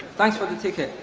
thanks for the ticket.